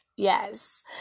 Yes